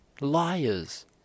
liars